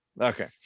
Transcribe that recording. Okay